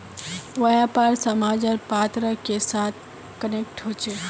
व्यापार समाचार पत्र के साथ कनेक्ट होचे?